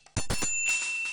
משפחה,